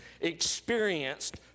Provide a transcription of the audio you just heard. experienced